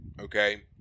Okay